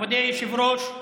מכובדי היושב-ראש,